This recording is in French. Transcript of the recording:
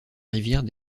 rivière